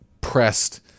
pressed